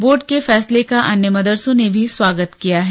board के फैसले का अन्य मदरसों ने भी स्वागत किया है